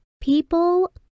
People